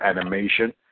animation